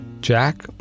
Jack